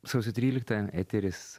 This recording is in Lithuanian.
sausio tryliktąją eteris